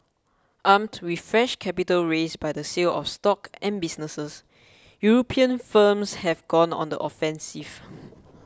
armed with fresh capital raised by the sale of stock and businesses European firms have gone on the offensive